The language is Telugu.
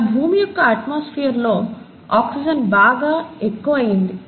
అలా భూమి యొక్క అట్మాస్ఫియర్ లో ఆక్సిజన్ బాగా ఎక్కువ అయ్యింది